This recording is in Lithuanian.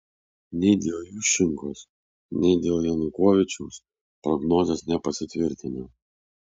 nei dėl juščenkos nei dėl janukovyčiaus prognozės nepasitvirtino